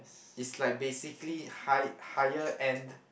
it's like basically high higher end